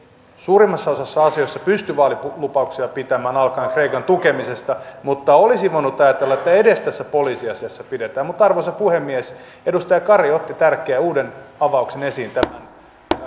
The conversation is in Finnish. suurimmassa osassa asioita pysty vaalilupauksiaan pitämään alkaen kreikan tukemisesta mutta olisi voinut ajatella että edes tässä poliisiasiassa pidetään arvoisa puhemies edustaja kari otti tärkeän uuden avauksen esiin tämän